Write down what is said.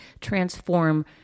transform